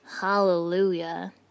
Hallelujah